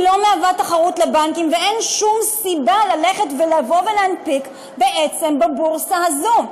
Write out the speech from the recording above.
היא לא מהווה תחרות לבנקים ואין שום סיבה להנפיק בעצם בבורסה הזאת.